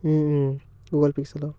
Google Pixel O